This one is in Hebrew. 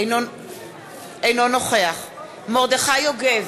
אינו נוכח מרדכי יוגב,